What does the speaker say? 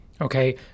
Okay